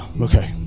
Okay